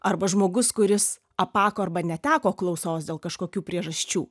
arba žmogus kuris apako arba neteko klausos dėl kažkokių priežasčių